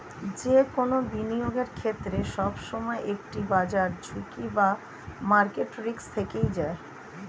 যে কোনো বিনিয়োগের ক্ষেত্রে, সবসময় একটি বাজার ঝুঁকি বা মার্কেট রিস্ক থেকেই যায়